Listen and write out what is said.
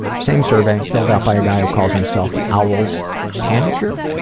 same survey, filled out by a guy who calls himself the owl's tanager.